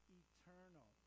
eternal